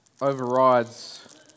overrides